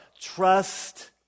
Trust